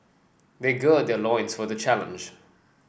they gird their loins for the challenge